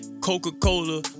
Coca-Cola